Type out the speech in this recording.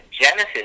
Genesis